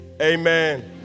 Amen